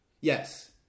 Yes